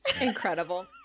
Incredible